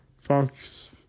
Fox